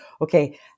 okay